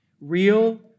Real